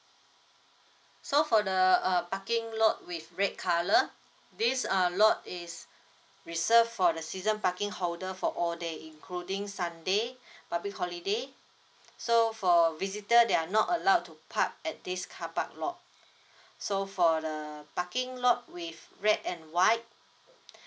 so for the uh parking lot with red colour this uh lot is reserved for the season parking holder for all day including sunday public holiday so for visitor they are not allowed to park at this carpark lot so for the parking lot with red and white